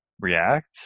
React